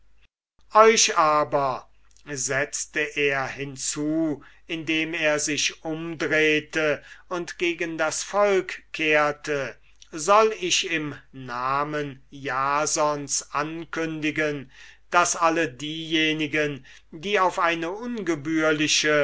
euch aber setzte er hinzu indem er sich umdrehte und gegen das volk kehrte soll ich im namen jasons ankündigen daß alle diejenigen die auf eine ungebührliche